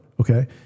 okay